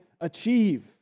achieve